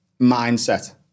mindset